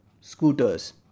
scooters